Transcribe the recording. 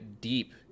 deep